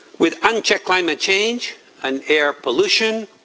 with unchecked climate changed and air pollution,